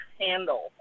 handle